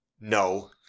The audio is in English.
No